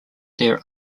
their